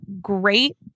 great